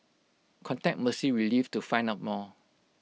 contact mercy relief to find out more